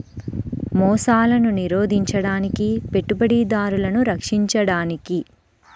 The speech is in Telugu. మోసాలను నిరోధించడానికి, పెట్టుబడిదారులను రక్షించడానికి